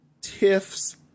Tiff's